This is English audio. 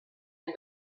and